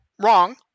wrong